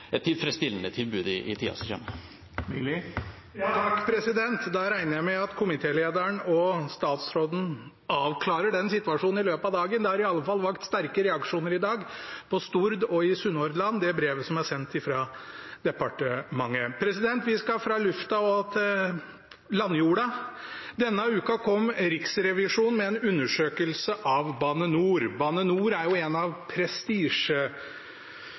tilfredsstillende tilbud i tida som kommer. Da regner jeg med at komitélederen og statsråden avklarer den situasjonen i løpet av dagen. Det brevet som er sendt fra departementet, har i alle fall vakt sterke reaksjoner i dag, på Stord og i Sunnhordland. Vi skal fra lufta til landjorda. Denne uka kom Riksrevisjonen med en undersøkelse av Bane NOR. Bane NOR er et av prestisjeprosjektene til denne regjeringen etter den såkalte jernbanereformen, men jeg må si at noe nærmere en helslakt av